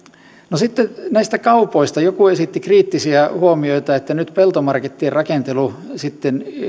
no sitten näistä kaupoista joku esitti kriittisiä huomioita että nyt peltomarkettien rakentelu sitten